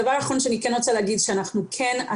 הדבר האחרון שאני כן רוצה לומר הוא שאנחנו השנה,